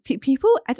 people